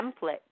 template